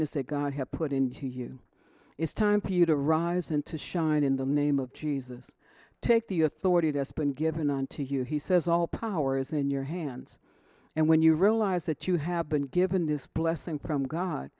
that god had put into you is time for you to rise and to shine in the name of jesus take the authority to us been given unto you he says all power is in your hands and when you realize that you have been given this blessing from god